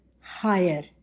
higher